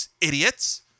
idiots